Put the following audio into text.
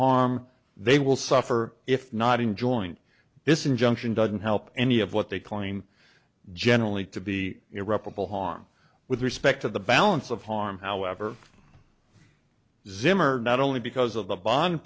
harm they will suffer if not in joint this injunction doesn't help any of what they claim generally to be irreparable harm with respect to the balance of harm however zimmer not only because of the bond